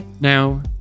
Now